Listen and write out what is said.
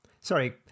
Sorry